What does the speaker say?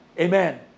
Amen